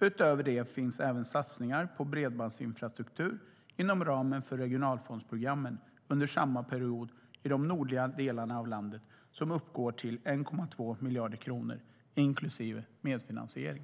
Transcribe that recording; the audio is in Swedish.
Utöver det finns även satsningarna på bredbandsinfrastruktur inom ramen för regionalfondsprogrammen under samma period i de nordliga delarna av landet som uppgår till 1,2 miljarder kronor inklusive medfinansiering.